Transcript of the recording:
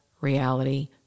reality